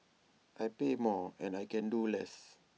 I pay more and I can do less